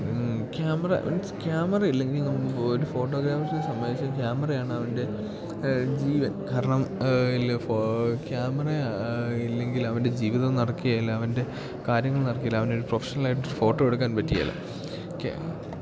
camera means camera ഇല്ലെങ്കിൽ നമ്മൾ ഒരു ഫോട്ടോഗ്രാഫറെ സംബന്ധിച്ച് ക്യാമറയാണ് അവൻ്റെ ജീവൻ കാരണം ഇല്ല ക്യാമറ ഇല്ലെങ്കിൽ അവൻ്റെ ജീവിതം നടക്കില്ല അവൻ്റെ കാര്യങ്ങൾ നടക്കില അവൻ്റെ ഒരു പ്രൊഫഷണലായിട്ട് ഫോട്ടോ എടുക്കാൻ പറ്റില്ല